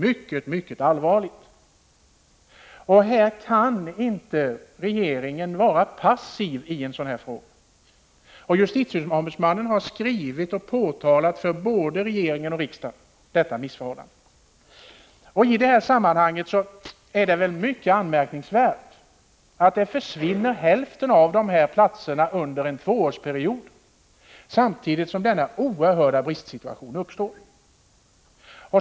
Regeringen kan inte vara passiv i en sådan här fråga. Justitieombudsmannen har skrivit och påtalat detta missförhållande för både regeringen och riksdagen. I detta sammanhang är det mycket anmärkningsvärt att hälften av platserna försvinner under en tvåårsperiod samtidigt som denna oerhörda bristsituation uppstår.